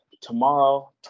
tomorrow